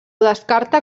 descarta